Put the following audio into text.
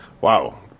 Wow